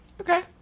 Okay